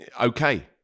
okay